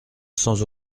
sans